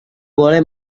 boleh